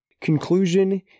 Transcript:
Conclusion